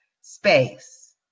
space